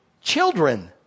Children